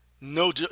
no